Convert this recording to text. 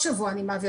אשמח לשמוע קצת